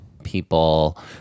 People